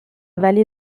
vallée